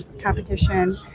competition